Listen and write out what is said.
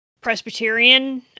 Presbyterian